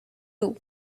too